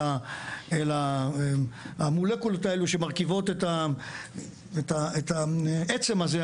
אל המולקולות האלה שמרכיבות את העצם הזה,